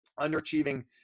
underachieving